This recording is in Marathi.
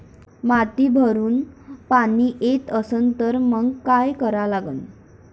माती भरपूर पाणी पेत असन तर मंग काय करा लागन?